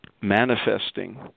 manifesting